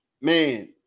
man